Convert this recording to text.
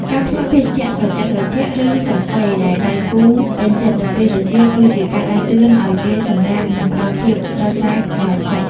ការផ្ញើភេសជ្ជៈត្រជាក់ៗ ឬកាហ្វេដែលដៃគូពេញចិត្តនៅពេលរសៀល គឺជាការដាស់តឿនឱ្យគេសម្រាក និងផ្ដល់ភាពស្រស់ស្រាយដល់ចិត្ត។